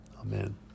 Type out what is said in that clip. Amen